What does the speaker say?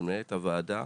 ולמנהלת הוועדה,